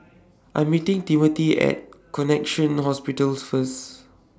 I'm meeting Timothy At Connexion Hospitals First